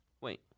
wait